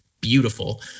beautiful